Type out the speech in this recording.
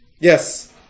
Yes